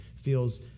feels